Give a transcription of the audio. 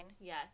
Yes